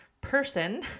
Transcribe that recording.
person